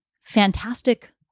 fantastic